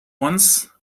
once